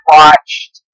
watched